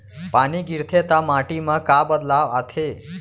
पानी गिरथे ता माटी मा का बदलाव आथे?